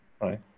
right